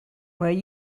will